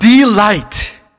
delight